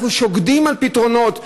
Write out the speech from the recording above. אנחנו שוקדים על פתרונות,